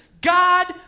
God